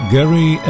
Gary